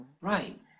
Right